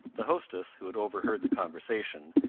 the hostess, who had overheard the conversation,